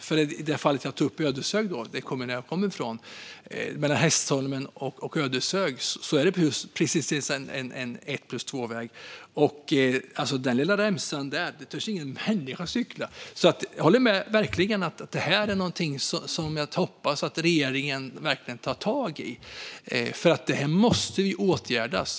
I det fall som jag tog upp mellan Hästholmen och Ödeshög, där jag kommer ifrån, är det precis en sådan två-plus-ett-väg och det finns ingen människa som törs cykla på den lilla remsan där. Jag hoppas verkligen att regeringen tar tag i detta, för det måste åtgärdas.